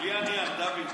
בלי הנייר, דוד.